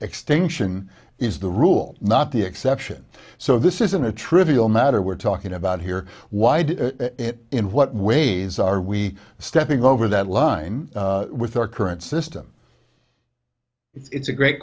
extinction is the rule not the exception so this isn't a trivial matter we're talking about here why do it in what ways are we stepping over that line with our current system it's a great